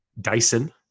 Dyson